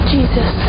Jesus